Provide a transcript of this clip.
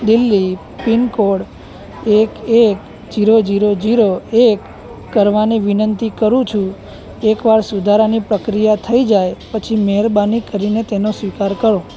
Delhi pin code એક એક zero zero zero એક કરવાની વિનંતી કરું છું એકવાર સુધારાની પ્રક્રિયા થઈ જાય પછી મહેરબાની કરીને તેનો સ્વીકાર કરો